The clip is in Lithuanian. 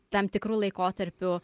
tam tikru laikotarpiu